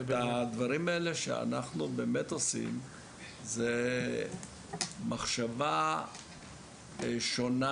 בדברים האלה שאנחנו עושים יש מחשבה שונה,